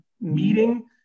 meeting